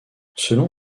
selon